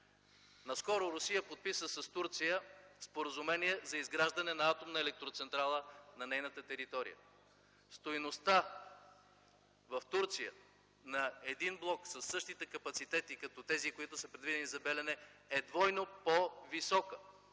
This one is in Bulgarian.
Наскоро Русия подписа с Турция споразумение за изграждане на атомна електроцентрала на нейната територия. Стойността в Турция на един блок със същите капацитети като тези, които са предвидени за Белене, е двойно по-висока.